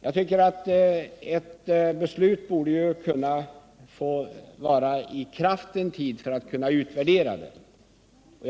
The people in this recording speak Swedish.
Jag tycker dock att ett beslut borde få vara i kraft en tid för att det skall kunna utvärderas.